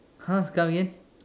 !huh! come again